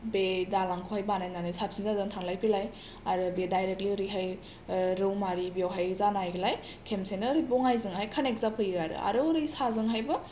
बे दालांखौहाय बानायनानै साबसिन जादों थांलाय फैलाय आरो बे डायरेक्टलि ओरैहाय रौमारि बेवहाय जानायलाय खेमसेनो ओरै बङायजोंहाय कानेक्ट जाफैयो आरो ओरै साजोंहायबो